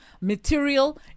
Material